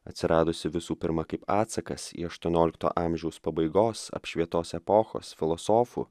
atsiradusi visų pirma kaip atsakas į aštuoniolikto amžiaus pabaigos apšvietos epochos filosofų